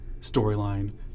storyline